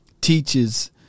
teaches